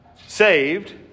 saved